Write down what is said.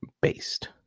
based